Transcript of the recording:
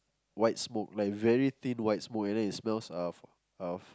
white smoke like very thin white smoke and then it smells of of